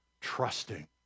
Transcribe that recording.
trusting